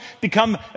become